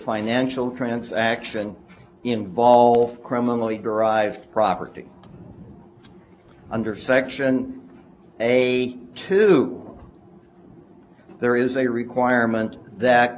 financial transaction involve criminally derived property under section a two there is a requirement that